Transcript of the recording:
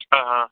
ஆ ஆ